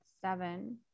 seven